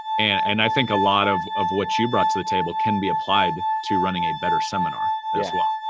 and i think a lot of of what you brought to the table can be applied to running a better seminar as well.